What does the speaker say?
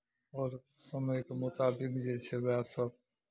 आओर समयके मुताबिक जे छै उएहसभ